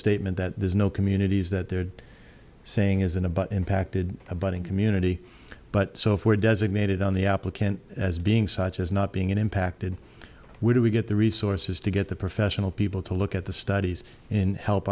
statement that there's no communities that they're saying isn't about impacted abutting community but if we're designated on the applicant as being such as not being impacted where do we get the resources to get the professional people to look at the studies in help